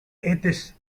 atheists